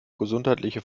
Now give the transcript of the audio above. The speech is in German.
gesundheitliche